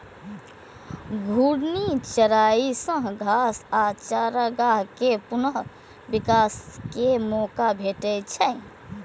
घूर्णी चराइ सं घास आ चारागाह कें पुनः विकास के मौका भेटै छै